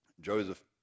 Joseph